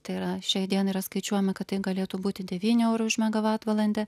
tai yra šiai dienai yra skaičiuojama kad tai galėtų būti devyni eurai už megavatvalandę